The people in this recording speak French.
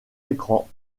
écran